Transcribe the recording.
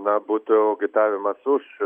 na būtų agitavimas už